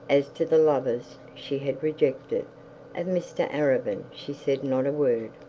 as to the lovers she had rejected of mr arabin she said not a word.